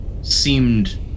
seemed